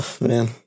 man